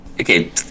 okay